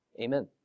amen